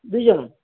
ଦୁଇଜଣ